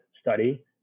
study